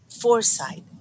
foresight